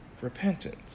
repentance